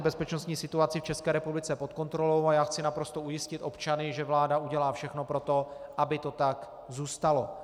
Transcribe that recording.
Bezpečnostní situaci v České republice máme tedy pod kontrolou a já chci naprosto ujistit občany, že vláda udělá všechno pro to, aby to tak zůstalo.